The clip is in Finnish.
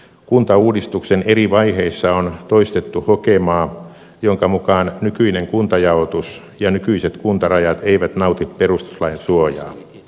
kuntauudistuksen eri vaiheissa on toistettu hokemaa jonka mukaan nykyinen kuntajaotus ja nykyiset kuntarajat eivät nauti perustuslain suojaa